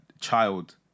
child